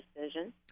decision